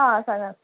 हां सांगा